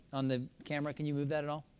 on the camera, can you move that at all?